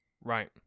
Right